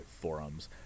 forums